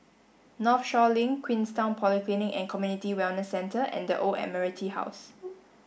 Northshore Link Queenstown Polyclinic and Community Wellness Centre and The Old Admiralty House